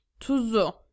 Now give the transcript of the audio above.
Tuzu